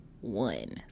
one